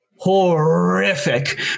Horrific